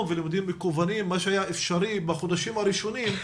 ולימודים מקוונים מה שהיה אפשרי בחודשים הראשונים,